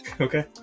Okay